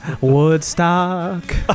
Woodstock